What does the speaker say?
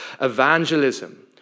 evangelism